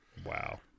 Wow